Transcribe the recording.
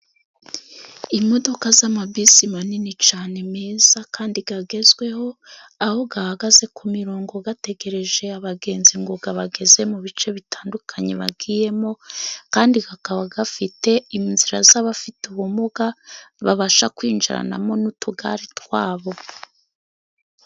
Imodoka z'amabisi manini cyane meza kandi agezweho, aho ahagaze ku mirongo ategereje abagenzi ngo abageze mu bice bitandukanye bagiyemo, kandi akaba afite inzira z'abafite ubumuga babasha kwinjiranamo n'utugare twabo.